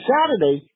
Saturday